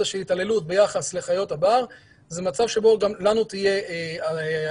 של התעללות ביחס לחיות הבר זה מצב שבו גם לנו תהיה הסמכה,